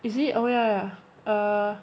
is it oh ya err